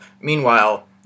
Meanwhile